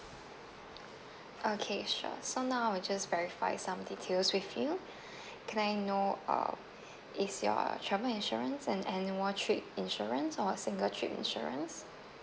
okay sure so now I'll just verify some details with you can I know uh is your travel insurance an annual trip insurance or single trip insurance